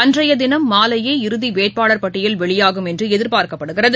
அன்றையதினம் மாலையே இறுதிவேட்பாளர் பட்டியல் வெளியாகும் என்றுஎதிர்பார்க்கப்படுகிறது